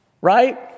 Right